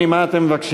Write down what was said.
עם ההסתייגות שהתקבלה,